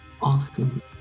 Awesome